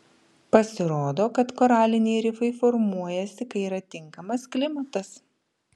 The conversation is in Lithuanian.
pasirodo kad koraliniai rifai formuojasi kai yra tinkamas klimatas